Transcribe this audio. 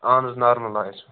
اہن حظ نارمَل آیس منٛز